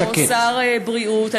אני אומרת לך, נמצא פה שר הבריאות.